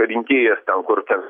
rinkėjas ten kur ten